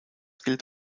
gilt